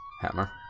hammer